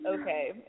Okay